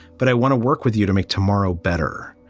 but i want to work with you to make tomorrow better